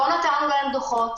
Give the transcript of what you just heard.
אנחנו לא נתנו להם דו"חות